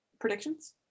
predictions